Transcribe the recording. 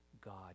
God